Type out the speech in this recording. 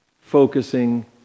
focusing